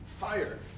fire